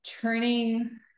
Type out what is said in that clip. turning